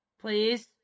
please